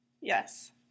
Yes